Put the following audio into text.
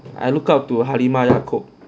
I look up to halimah yacob